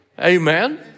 Amen